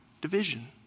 division